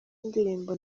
indirimbo